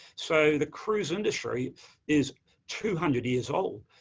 so, the cruise industry is two hundred years old,